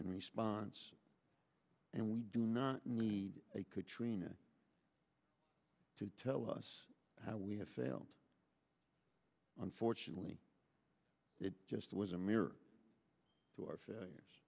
in response and we do not need a katrina to tell us how we have failed unfortunately it just was a mirror to our failures